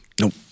Nope